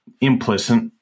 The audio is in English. implicit